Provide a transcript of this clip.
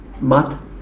mat